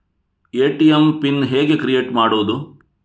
ATM PIN ಹೇಗೆ create ಮಾಡುವುದು?